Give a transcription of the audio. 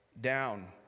down